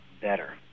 better